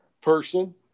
person